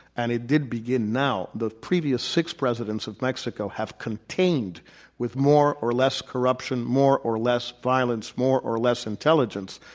and it did begin now. the previous six presidents of mexico have contained with more or less corruption, more or less violence, more or less intelligence,